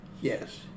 Yes